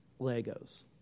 Legos